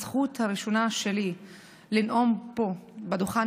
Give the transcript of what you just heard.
את הזכות הראשונה שלי לנאום פה בדוכן